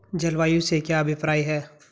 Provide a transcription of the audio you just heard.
जलवायु से क्या अभिप्राय है?